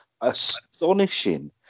astonishing